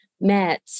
met